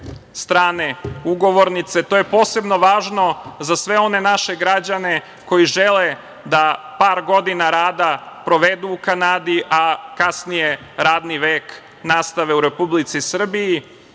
strane ugovornice. To je posebno važno za sve one naše građane koji žele da par godina rada provedu u Kanadi, a kasnije radni vek nastave u Republici Srbiji. Kada